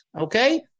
okay